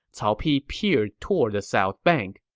cao pi peered toward the south bank,